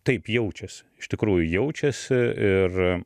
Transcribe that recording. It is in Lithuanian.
taip jaučiasi iš tikrųjų jaučiasi ir